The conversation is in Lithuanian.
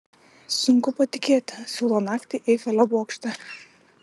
sunku patikėti siūlo naktį eifelio bokšte